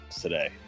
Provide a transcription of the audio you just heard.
today